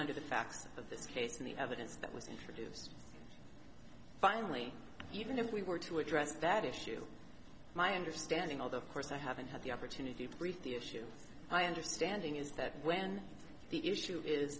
under the facts of this case and the evidence that was introduced finally even if we were to address that issue my understanding although of course i haven't had the opportunity to brief the issue my understanding is that when the issue is